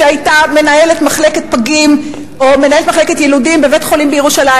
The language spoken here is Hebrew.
שהיתה מנהלת מחלקת יילודים בבית-חולים בירושלים,